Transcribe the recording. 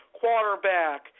quarterback